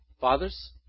Fathers